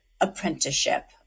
apprenticeship